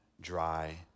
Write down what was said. dry